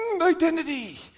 identity